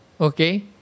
okay